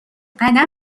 قدم